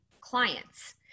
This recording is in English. clients